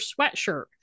sweatshirt